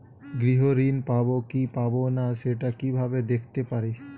গৃহ ঋণ পাবো কি পাবো না সেটা কিভাবে দেখতে পারি?